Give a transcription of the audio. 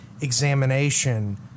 examination